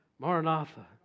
Maranatha